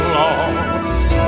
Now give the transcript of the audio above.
lost